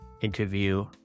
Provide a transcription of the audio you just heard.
interview